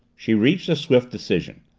she reached a swift decision.